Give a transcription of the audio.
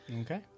Okay